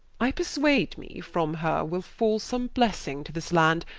i perswade me, from her will fall some blessing to this land,